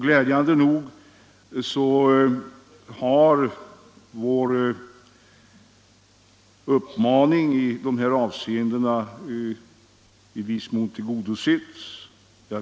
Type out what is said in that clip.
Glädjande nog har vår uppmaning i de här avseendena i viss mån tillmötesgåtts.